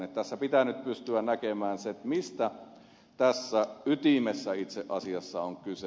tässä pitää nyt pystyä näkemään se mistä tässä ytimessä itse asiassa on kyse